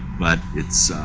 but it's a,